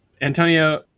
Antonio